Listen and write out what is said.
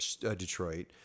Detroit